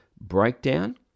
breakdown